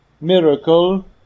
miracle